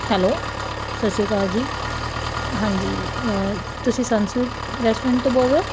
hello ਸਤਿ ਸ਼੍ਰੀ ਅਕਾਲ ਜੀ ਹਾਂਜੀ ਤੁਸੀਂ ਸੰਤ ਸਵੀਟ ਰੈਸਟੋਰੈਂਟ ਤੋਂ ਬੋਲ ਰਹੇ ਹੋ